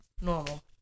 normal